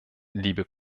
liebe